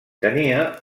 tenia